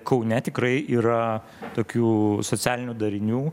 kaune tikrai yra tokių socialinių darinių